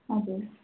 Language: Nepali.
हजुर